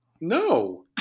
No